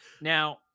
now